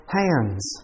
hands